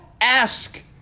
ask